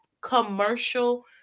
commercial